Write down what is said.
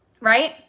right